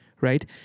right